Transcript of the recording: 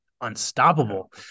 unstoppable